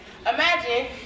Imagine